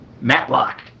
Matlock